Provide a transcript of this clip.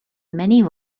many